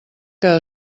que